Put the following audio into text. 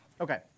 Okay